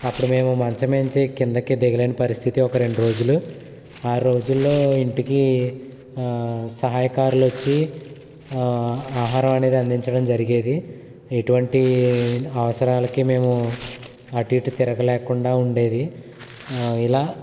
అప్పుడు మేము మంచం మీద నుంచి కిందకి దిగలేని పరిస్థితి ఒక రెండు రోజులు ఆ రోజులలో ఇంటికి సహాయకారులు వచ్చి ఆహారం అనేది అందించడం జరిగేది ఎటువంటి అవసరాలకి మేము అటు ఇటు తిరగ లేకుండా ఉండేది ఇలా